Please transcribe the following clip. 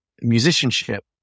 musicianship